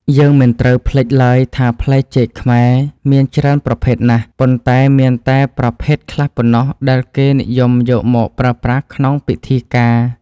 យើងមិនត្រូវភ្លេចឡើយថាផ្លែចេកខ្មែរមានច្រើនប្រភេទណាស់ ប៉ុន្តែ មានតែប្រភេទខ្លះប៉ុណ្ណោះដែលគេនិយមយកមកប្រើប្រាស់ក្នុងពិធីការ។